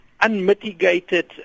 unmitigated